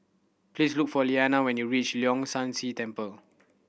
please look for Lillianna when you reach Leong San See Temple